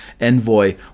envoy